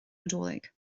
nadolig